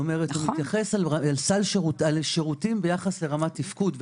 מתייחס לסל שירותים ביחס לרמת תפקוד.